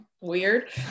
weird